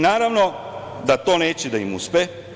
Naravno da to neće da im uspe.